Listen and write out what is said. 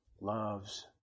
loves